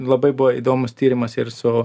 labai buvo įdomus tyrimas ir su